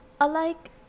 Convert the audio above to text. alike